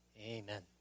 amen